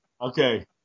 Okay